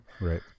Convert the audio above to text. right